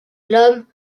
l’homme